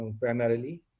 primarily